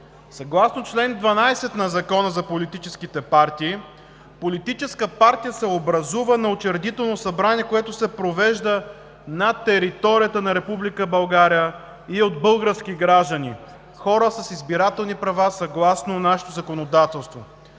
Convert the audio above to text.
Съгласно чл. 12 на Закона за политическите партии политическа партия се образува на учредително събрание, което се провежда на територията на Република България и е от български граждани – хора с избирателни права съгласно нашето законодателство,